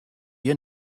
hjir